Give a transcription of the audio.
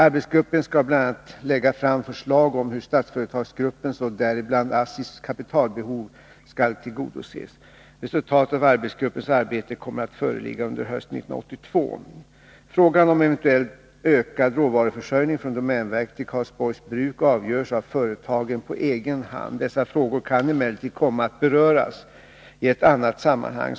Arbetsgruppen skall bl.a. lägga fram förslag om hur Statsföretagsgruppens och däribland ASSI:s kapitalbehov skall tillgodoses. Resultatet av arbetsgruppens arbete kommer att föreligga under hösten 1982. Frågan om eventuell ökad råvaruförsörjning från domänverket till Karlsborgs bruk avgörs av företagen på egen hand. Dessa frågor kan emellertid komma att beröras i ett annat sammanhang.